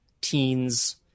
teens